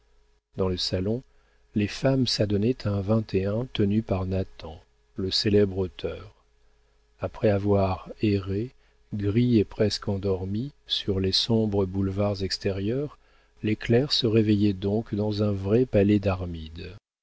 dans le salon les femmes s'adonnaient à un vingt et un tenu par nathan le célèbre auteur après avoir erré gris et presque endormis sur les sombres boulevards extérieurs les clercs se réveillaient donc dans un vrai palais d'armide